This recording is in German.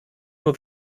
nur